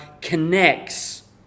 connects